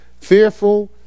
Fearful